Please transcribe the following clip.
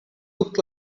look